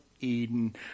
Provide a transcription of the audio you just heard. Eden